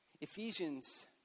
Ephesians